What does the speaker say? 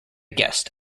guest